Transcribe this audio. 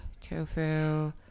tofu